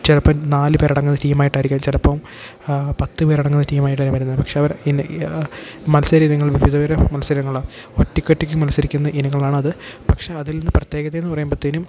ചിലപ്പം നാല് പേരടങ്ങുന്ന ടീമായിട്ടായിരിക്കും ചിലപ്പം പത്ത് പേരടങ്ങുന്ന ടീമായിട്ടായിരിക്കും വരുന്നത് പക്ഷേ അവർ ഇന്ന മത്സര ഇനങ്ങൾ വിവിധതര മത്സരങ്ങളാണ് ഒറ്റക്ക് ഒറ്റയ്ക്ക് മത്സരിക്കുന്ന ഇനങ്ങളാണ് അത് പക്ഷേ അതിൽ നിന്ന് പ്രത്യേകത എന്ന് പറയുമ്പോഴ്ത്തേനും